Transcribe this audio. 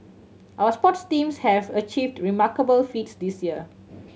our sports teams have achieved remarkable feats this year